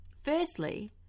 Firstly